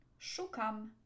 Szukam